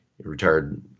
retired